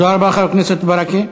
תודה רבה, חבר הכנסת ברכה.